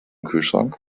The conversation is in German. kühlschrank